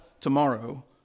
tomorrow